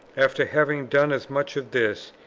after having done as much as this,